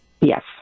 Yes